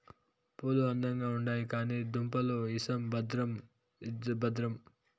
పూలు అందంగా ఉండాయి కానీ దుంపలు ఇసం భద్రం భద్రం